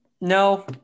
no